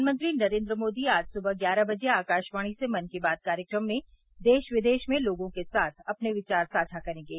प्रधानमंत्री नरेन्द्र मोदी आज सुबह ग्यारह बजे आकाशवाणी से मन की बात कार्यक्रम में देश विदेश में लोगों के साथ अपने विचार साझा करेंगे